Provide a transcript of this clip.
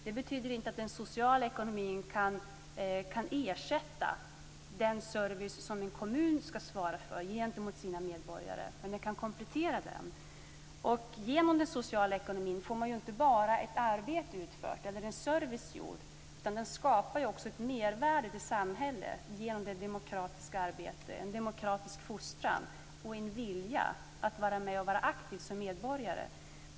Det betyder inte att den sociala ekonomin kan ersätta den service som en kommun ska svara för gentemot sina medborgare, men den kan komplettera den. Genom den sociala ekonomin får man ju inte bara ett arbete utfört eller en service gjord, utan den skapar ju också ett mervärde i samhället genom demokratiskt arbete, en demokratisk fostran och en vilja att vara aktiv som medborgare.